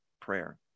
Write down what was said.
prayer